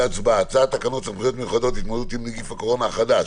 תקנות סמכויות מיוחדות להתמודדות עם נגיף הקורונה החדש